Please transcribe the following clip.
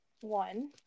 one